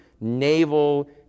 naval